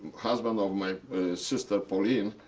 husband of my sister pauline,